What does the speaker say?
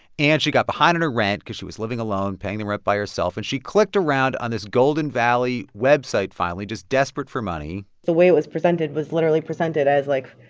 and she got behind in her rent because she was living alone, paying the rent by herself. and she clicked around on this golden valley website finally, just desperate for money the way it was presented was literally presented as, like,